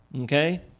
Okay